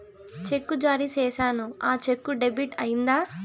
చెక్కు జారీ సేసాను, ఆ చెక్కు డెబిట్ అయిందా